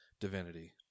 divinity